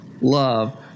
love